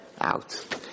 out